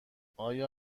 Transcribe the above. آیا